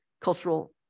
cultural